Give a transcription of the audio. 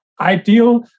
ideal